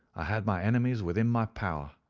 i had my enemies within my power.